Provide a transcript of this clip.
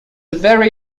very